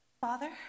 Father